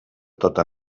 tota